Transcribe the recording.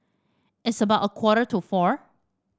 its about a quarter to four